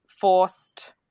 forced